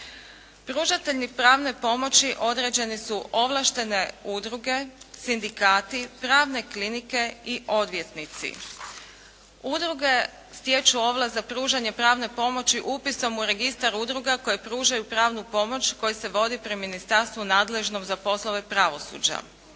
Pružatelji pravne pomoći određeni su ovlaštene udruge, sindikati, pravne klinike i odvjetnici. Udruge stječu ovlast za pružanje pravne pomoći upisom u Registar udruga koje pružaju pravnu pomoć, koji se vodi pri ministarstvu nadležnom za poslove pravosuđa.